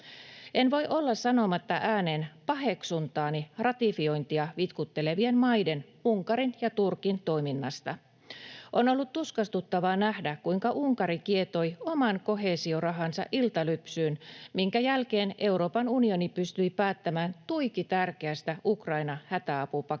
En voi olla sanomatta ääneen paheksuntaani ratifiointia vitkuttelevien maiden, Unkarin ja Turkin, toiminnasta. On ollut tuskastuttavaa nähdä, kuinka Unkari kietoi oman koheesiorahansa iltalypsyyn, minkä jälkeen Euroopan unioni pystyi päättämään tuiki tärkeästä Ukraina-hätäapupaketista.